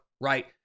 right